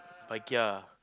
Paikia